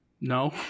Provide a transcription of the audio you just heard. no